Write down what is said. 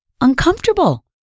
uncomfortable